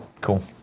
Cool